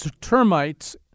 termites